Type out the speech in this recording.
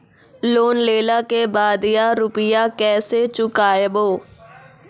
Loan लेला के बाद या रुपिया केसे चुकायाबो?